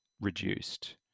reduced